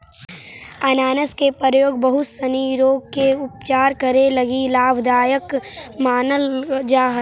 अनानास के प्रयोग बहुत सनी रोग के उपचार करे लगी लाभदायक मानल जा हई